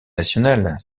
nationale